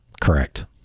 Correct